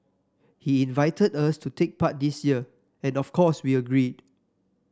he invited us to take part this year and of course we agreed